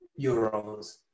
euros